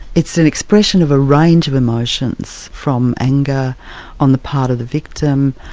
it's an expression of a range of emotions from anger on the part of the victim,